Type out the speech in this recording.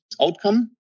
outcome